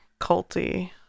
culty